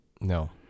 No